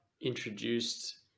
introduced